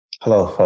Hello